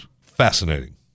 fascinating